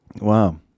Wow